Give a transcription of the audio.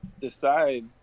decide